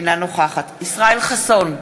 אינה נוכחת ישראל חסון,